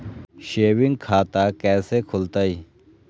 Saving खाता कैसे खुलतई?